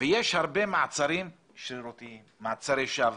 יש הרבה מעצרים שרירותיים ומעצרי שווא.